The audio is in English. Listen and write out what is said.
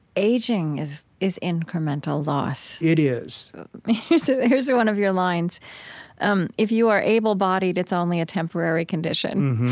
aging is is incremental loss it is here's so here's one of your lines um if you are able-bodied, it's only a temporary condition.